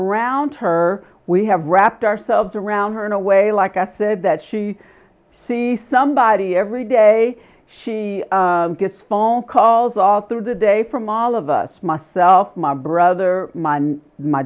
around her we have wrapped ourselves around her in a way like i said that she sees somebody every day she gets phone calls all through the day from all of us myself my brother my